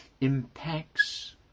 impacts